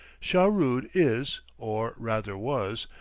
shahrood is, or rather was,